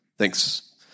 Thanks